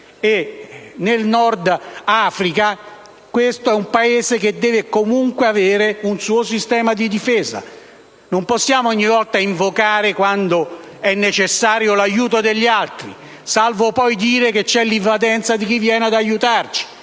e nel Nord Africa, occorre comunque avere un proprio sistema di difesa. Non possiamo ogni volta invocare, quando è necessario, l'aiuto degli altri, salvo poi dire che c'è l'invadenza di chi viene ad aiutarci,